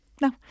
No